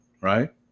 right